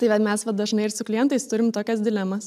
tai vat mes vat dažnai ir su klientais turim tokias dilemas